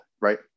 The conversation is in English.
right